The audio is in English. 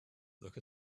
look